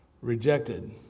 Rejected